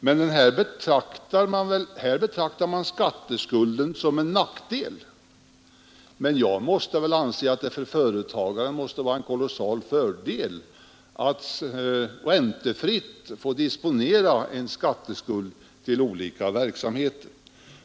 Men här betraktar man skatteskulden som en nackdel, medan jag anser att det för företagaren måste vara en kolossal fördel att räntefritt få disponera en skatteskuld till olika verksamheter.